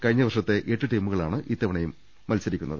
കഴിഞ്ഞ വർഷത്തെ എട്ട് ടീമുകളാണ് ഇത്തവ ണയും മത്സരത്തിന്